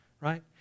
right